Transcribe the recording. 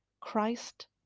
Christ